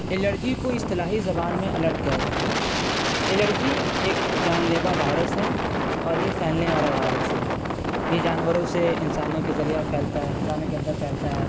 allergy کو اصطلاحی زبان میں الرک کہتے ہیں الرجی ایک جان لیوا وائرس ہے اور یہ پھیلنے والا وائرس ہے یہ جانوروں سے انسانوں کے ذریعہ میں پھیلتا ہے انسانوں کے اندر پھیلتا ہے